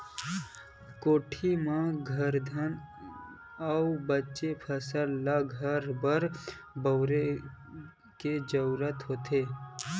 कोठी म धरथन अउ बाचे फसल ल घर बर बउरे के जरूरत होथे